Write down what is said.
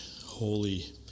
holy